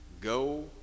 Go